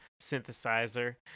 synthesizer